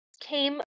came